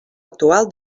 actual